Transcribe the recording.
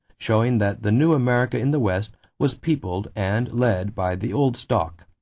showing that the new america in the west was peopled and led by the old stock.